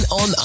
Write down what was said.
on